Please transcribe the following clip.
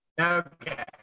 Okay